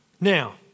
Now